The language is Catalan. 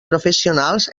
professionals